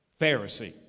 Pharisee